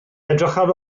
edrychaf